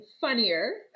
funnier